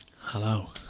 hello